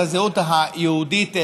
על הזהות היהודית שלנו.